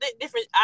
different